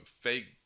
fake